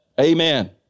Amen